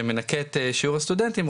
שמנכה את שיעור הסטודנטים,